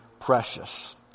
precious